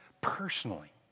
personally